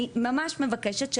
אני ממש מבקשת,